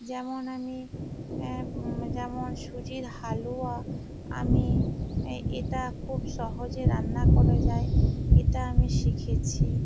যেমন আমি যেমন সুজির হালুয়া আমি এ এটা খুব সহজে রান্না করা যায় এটা আমি শিখেছি